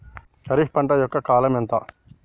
ఖరీఫ్ పంట యొక్క కాలం ఎంత?